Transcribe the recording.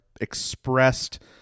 expressed